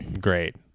great